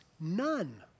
none